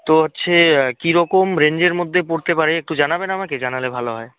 তো হচ্ছে কী রকম রেঞ্জের মধ্যে পড়তে পারে একটু জানাবেন আমাকে জানালে ভালো হয়